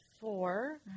four